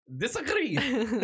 disagree